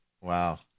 Wow